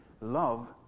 love